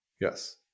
Yes